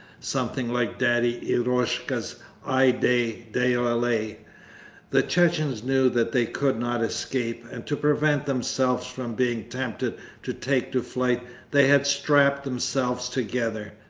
something like daddy eroshka's ay day, dalalay the chechens knew that they could not escape, and to prevent themselves from being tempted to take to flight they had strapped themselves together,